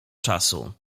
czasu